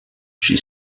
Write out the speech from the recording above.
she